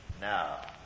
Now